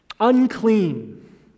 unclean